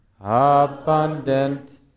Abundant